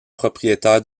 propriétaires